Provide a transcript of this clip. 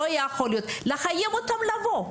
צריך לחייב אותם לבוא.